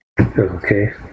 Okay